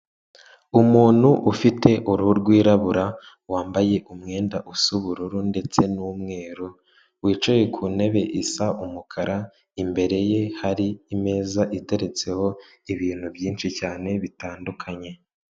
Umuntu ufite uruhu rwirabura, wambaye umwenda usa ubururu ndetse n'umweru, wicaye ku ntebe isa umukara, imbere ye hari imeza iteretseho ibintu byinshi cyane bitandukanye.